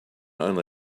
only